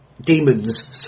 demons